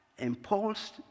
impulsed